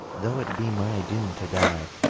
though it be my doom to die.